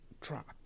drop